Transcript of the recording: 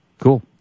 Cool